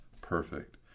perfect